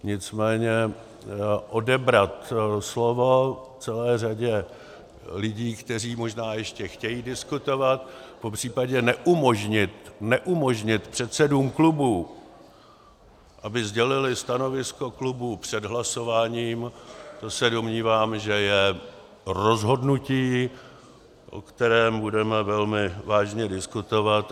Nicméně odebrat slovo celé řadě lidí, kteří možná ještě chtějí diskutovat, popřípadě neumožnit neumožnit předsedům klubů, aby sdělili stanovisko klubů před hlasováním, to se domnívám, že je rozhodnutí, o kterém budeme velmi vážně diskutovat.